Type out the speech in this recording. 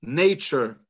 nature